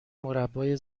مربای